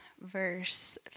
verse